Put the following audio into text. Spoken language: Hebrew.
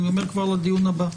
אני אומר כבר לדיון הבא,